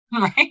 Right